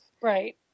Right